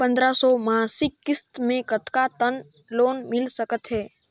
पंद्रह सौ मासिक किस्त मे कतका तक लोन मिल सकत हे?